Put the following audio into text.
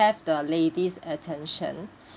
have the lady's attention